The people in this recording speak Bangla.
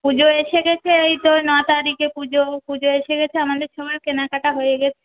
পুজো এসে গেছে এই তো ন তারিখে পুজো পুজো এসে গেছে আমাদের সময় কেনাকাটা হয়ে গেছে